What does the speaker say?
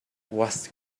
what